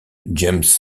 james